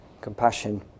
compassion